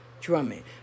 drumming